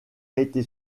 été